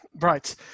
Right